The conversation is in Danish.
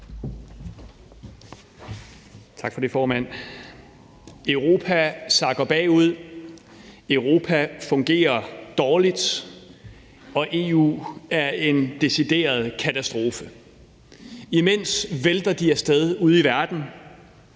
Europa sakker bagud, Europa fungerer dårligt, og EU er en decideret katastrofe. Imens vælter de af sted ude i verden